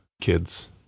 kids